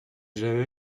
j’avais